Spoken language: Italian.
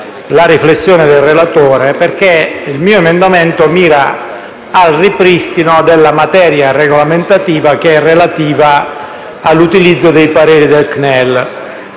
una riflessione del relatore. Il mio emendamento mira al ripristino della materia regolamentativa relativa all'utilizzo dei pareri del CNEL.